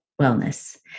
wellness